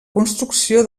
construcció